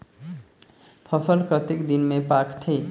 फसल कतेक दिन मे पाकथे?